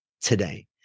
today